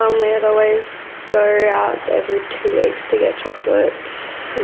um and always go out every two weeks to get chocolates and